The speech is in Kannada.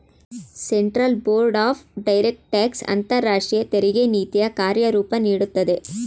central board of direct tax ಅಂತರಾಷ್ಟ್ರೀಯ ತೆರಿಗೆ ನೀತಿಯ ಕಾರ್ಯರೂಪ ನೀಡುತ್ತದೆ